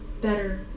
better